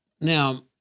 Now